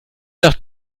nach